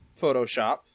Photoshop